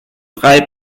drei